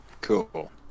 Cool